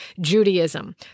Judaism